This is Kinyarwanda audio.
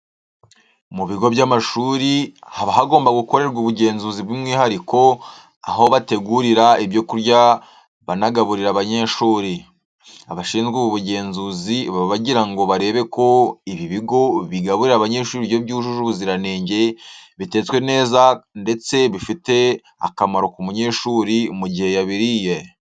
Mu bigo by'amashuri haba hagomba gukorerwa ubugenzuzi byumwihariko aho bategurira ibyo kurya banagaburira abanyeshuri. Abashinzwe ubu bugenzuzi baba bagira ngo barebe ko ibi bigo bigaburira abanyeshuri ibiryo byujuje ubuziranenge, bitetswe neza ndetse bifite akamaro ku munyeshuri mu gihe yabiriye.